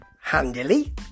handily